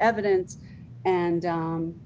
evidence and